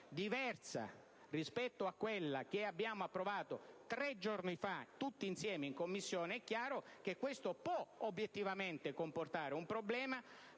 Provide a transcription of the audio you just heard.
diversa rispetto a quella che abbiamo approvato pochi giorni fa tutti insieme in Commissione, è chiaro che questo può obiettivamente rappresentare un problema